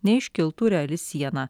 neiškiltų reali siena